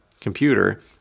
computer